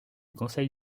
conseil